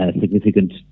significant